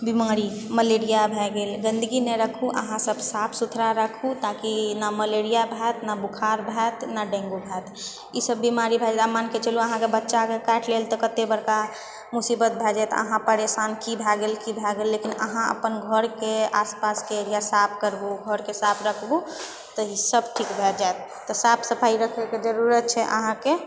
बीमारी मलेरिया भए गेल गन्दगी नहि राखू अहाँ सब साफ सुथरा राखू ताकि ने मलेरिया भयत ने बोखार भयत ने डेंगू भयत ई सब बीमारी आओर मानिकऽ चलू अहाँके बच्चाके अगर काटि लेलि तऽ अहाँके कते बड़का मोसिबत भए जायत अहाँ परेशान की भए गेल की भए गेल लेकिन अहाँ घरके आसपासके एरिया साफ राखु घरके साफ राखू तऽ ई सब ठीक भए जायत तऽ साफ सफाइ राखैके जरुरत छै अहाँके